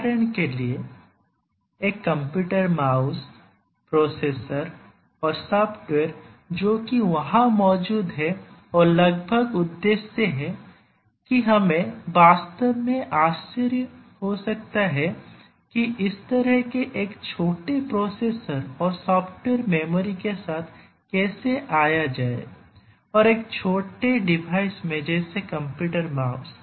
उदाहरण के लिए एक कंप्यूटर माउस प्रोसेसर और सॉफ्टवेयर जो कि वहां मौजूद है और लगभग अदृश्य है कि हमें वास्तव में आश्चर्य हो सकता है कि इस तरह के एक छोटे प्रोसेसर और सॉफ़्टवेयर मेमोरी के साथ कैसे आया जाए और एक छोटे डिवाइस में जैसे कंप्यूटर माउस